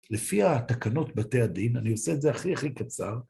לפי התקנות בתי הדין, אני עושה את זה הכי-הכי קצר.